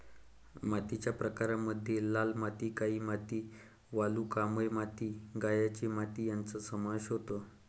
मातीच्या प्रकारांमध्ये लाल माती, काळी माती, वालुकामय माती, गाळाची माती यांचा समावेश होतो